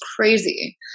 crazy